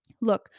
Look